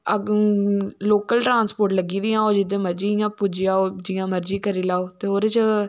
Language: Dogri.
अगर लोकल टरांस्पोट लग्गी दी ऐ ओ जिध्दर मर्जी इयां पुज्जी जाओ जियां मर्जी करी लैओ ते ओह्दे च